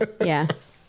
yes